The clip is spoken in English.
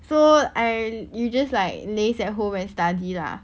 so I you just like laze at home and study lah